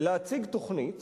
להציג תוכנית